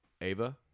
Ava